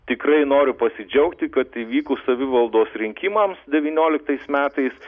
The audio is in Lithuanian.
tikrai noriu pasidžiaugti kad įvykus savivaldos rinkimams devynioliktais metais